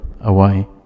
away